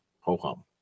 ho-hum